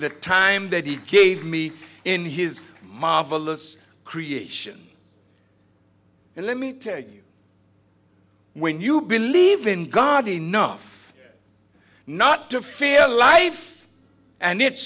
the time that he gave me in his marvelous creation and let me tell you when you believe in god enough not to fear life and its